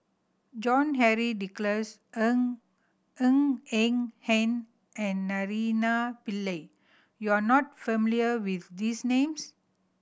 John Henry Duclos Ng Ng Eng Hen and Naraina Pillai you are not familiar with these names